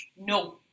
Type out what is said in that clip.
no